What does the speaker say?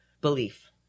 belief